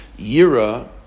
Yira